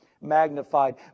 magnified